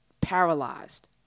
paralyzed